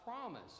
promise